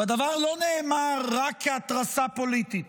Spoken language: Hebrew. והדבר לא נאמר רק כהתרסה פוליטית